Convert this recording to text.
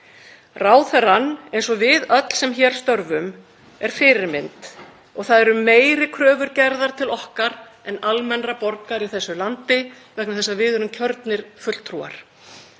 Ráðherrann, eins og við öll sem hér störfum, er fyrirmynd og það eru meiri kröfur gerðar til okkar en almennra borgara í þessu landi vegna þess að við erum kjörnir fulltrúar.